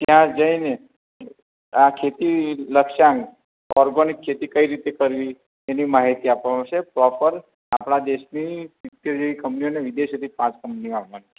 ત્યાં જઈને આ ખેતી લક્ષ્યાંક ઓર્ગોનિક ખેતી કઈ રીતે કરવી એની માહિતી આપવામાં આવશે પ્રોપર આપણા દેશની સિત્તેર જેવી કંપનીઓ અને વિદેશોથી પાંચ કંપનીઓ આવવાની છે